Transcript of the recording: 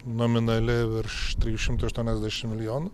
nominali virš trijų šimtų aštuoniasdešim milijonų